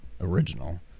original